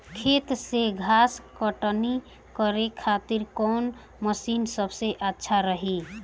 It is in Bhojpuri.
खेत से घास कटनी करे खातिर कौन मशीन सबसे अच्छा रही?